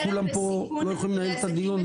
כי כולם פה לא יכולים לנהל את הדיון.